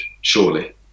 Surely